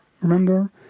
remember